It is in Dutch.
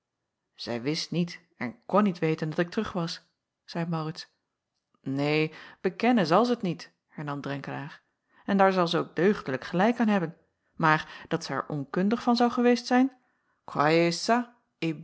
zij wist niet en kon niet weten dat ik terug was zeî maurits neen bekennen zal zij t niet hernam drenkelaer en daar zal zij ook deugdelijk gelijk aan hebben maar dat zij er onkundig van zou geweest zijn